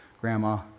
grandma